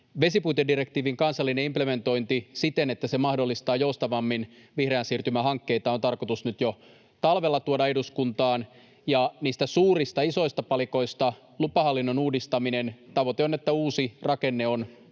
vesipuitedirektiivin kansallinen implementointi siten, että se mahdollistaa joustavammin vihreän siirtymän hankkeita, on tarkoitus jo nyt talvella tuoda eduskuntaan, ja niistä suurista, isoista palikoista lupahallinnon uudistamisessa tavoite on, että uusi rakenne on töissä